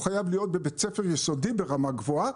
חייב להיות בבית ספר יסודי ברמה גבוהה,